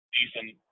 decent